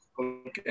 Okay